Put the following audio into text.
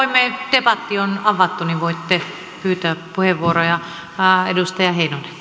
debatti on avattu niin että voitte pyytää puheenvuoroja